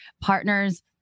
partners